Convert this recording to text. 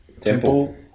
temple